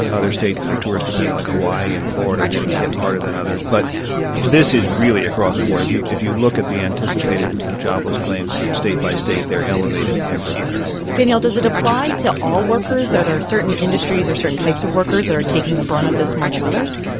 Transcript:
other states that are tourist-dependent, like hawaii and florida, are getting hit harder than others. but this is really across the board. if you if you look at the anticipated jobless claims state by state, they're elevated everywhere danielle, does it apply to all workers? are there certain industries or certain types of workers that are taking the brunt of this more than others?